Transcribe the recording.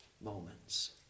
moments